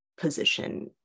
position